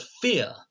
fear